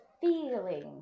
feeling